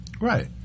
Right